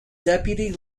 deputy